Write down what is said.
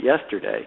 yesterday